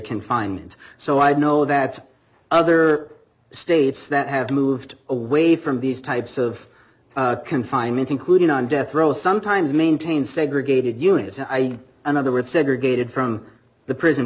confinement so i know that other states that have moved away from these types of confinement including on death row sometimes maintain segregated units and i another word segregated from the prison